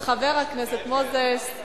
חבר הכנסת מוזס,